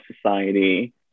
society